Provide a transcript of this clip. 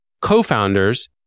co-founders